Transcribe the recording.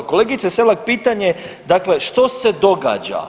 Kolegice Selak, pitanje dakle što se događa?